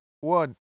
one